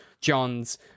John's